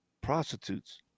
prostitutes